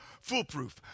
Foolproof